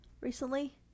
Recently